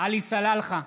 עלי סלאלחה,